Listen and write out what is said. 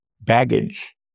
baggage